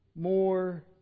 more